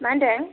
मा होनदों